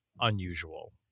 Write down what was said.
unusual